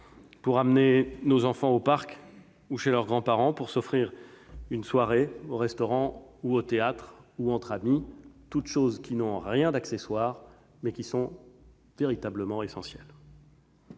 pour amener ses enfants au parc ou chez leurs grands-parents, pour s'offrir une soirée au restaurant, au théâtre ou entre amis, toutes choses qui n'ont rien d'accessoire, mais qui sont véritablement essentielles.